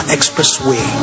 Expressway